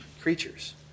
creatures